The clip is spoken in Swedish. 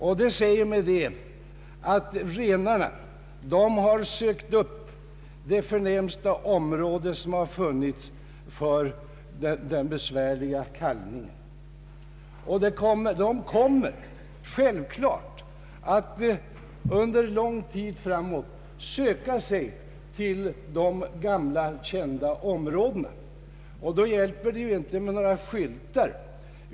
Jag har fått den uppfattningen att renarna söker upp det bästa område som finns för den besvärliga kalvningen. De kommer självklart att under lång tid framöver söka sig till de gamla kända områdena. Då hjälper det inte med några skyltar.